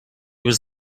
was